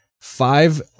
five